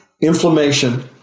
inflammation